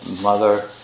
mother